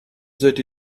that